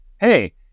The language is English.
hey